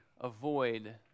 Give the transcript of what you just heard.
avoid